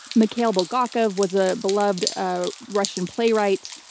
mikhail bulgakov was a beloved ah russian playwright,